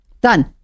Done